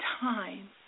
time